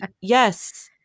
Yes